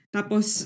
Tapos